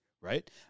right